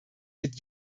mit